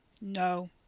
No